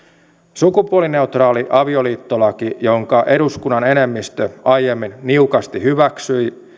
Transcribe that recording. sukupuolineutraali avioliittolaki jonka eduskunnan enemmistö aiemmin niukasti hyväksyi